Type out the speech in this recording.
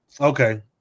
Okay